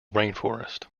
rainforest